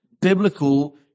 biblical